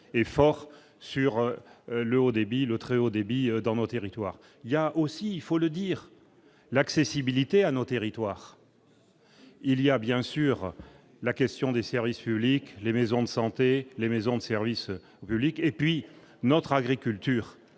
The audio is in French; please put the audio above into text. et fort sur le haut débit, le très haut débit dans nos territoires, il y a aussi, il faut le dire, l'accessibilité à nos territoires, il y a bien sûr la question des services publics, les maisons de santé, les maisons de service public et puis notre agriculture